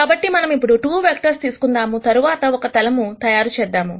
కాబట్టి మనము ఇప్పుడు 2 వెక్టర్స్ తీసుకుందాము తర్వాత ఒక తలమును తయారు చేద్దాం